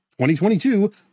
2022